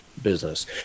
business